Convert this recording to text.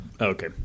Okay